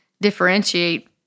differentiate